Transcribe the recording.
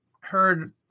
heard